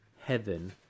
heaven